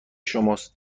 شماست